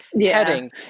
heading